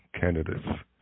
candidates